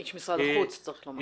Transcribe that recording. איש משרד החוץ, צריך לומר.